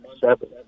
seven